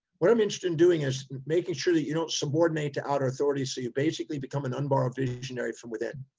what i'm interested in doing is making sure that you don't subordinate to outer authority so you basically become an unborrowed visionary from within.